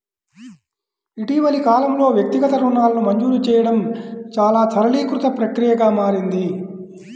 ఇటీవలి కాలంలో, వ్యక్తిగత రుణాలను మంజూరు చేయడం చాలా సరళీకృత ప్రక్రియగా మారింది